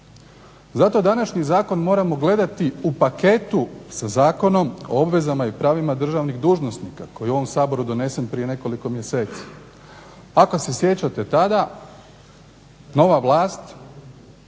Zato današnji zakon moramo gledati u paketu sa Zakonom o obvezama i pravima državnih dužnosnika koji je u ovom Saboru donesen prije nekoliko mjeseci. Ako se sjećate tada nova vlast